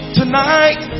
tonight